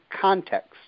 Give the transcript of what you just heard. context